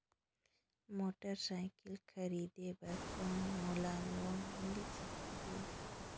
Motorcycle खरीदे बर कौन मोला लोन मिल सकथे?